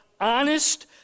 honest